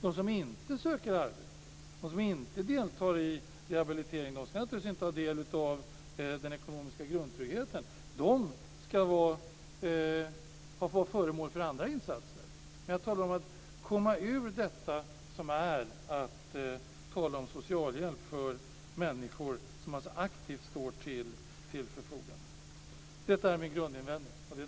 De som inte söker arbete och inte deltar i rehabilitering ska naturligtvis inte heller ha del i den ekonomiska grundtryggheten. De ska vara föremål för andra insatser. Men jag talar om att komma ur detta med socialhjälp för människor som aktivt står till arbetsmarknadens förfogande. Det är min grundinvändning.